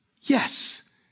yes